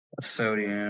Sodium